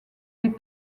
les